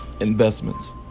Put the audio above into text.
investments